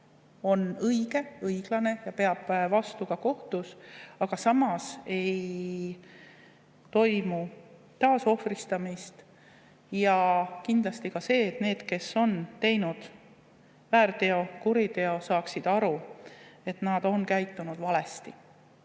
on õige, õiglane ja peab vastu ka kohtus, aga samas ei toimu taasohvristamist. Ja kindlasti on tähtis, et need, kes on korda saatnud väärteokuriteo, saaksid aru, et nad on käitunud valesti.